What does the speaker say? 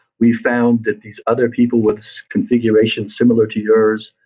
we found that these other people with configuration similar to yours,